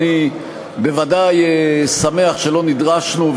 אני ודאי שמח שלא נדרשנו,